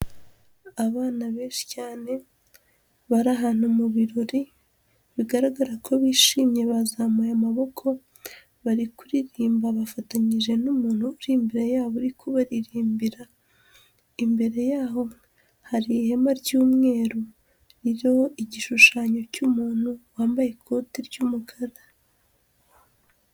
Abana benshi cyane bari ahantu mu birori bigaragara ko bishimye bazamuye amaboko, bari kuririmba bafatanyije n'umuntu uri imbere yabo uri kubaririmbira, imbere yabo hari ihema ry'umweru ririho igishushanyo cy'umuntu wambaye ikoti ry'umukara.